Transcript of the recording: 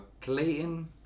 Clayton